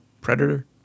Predator